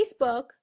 Facebook